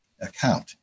account